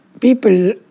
people